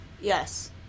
yes